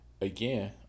again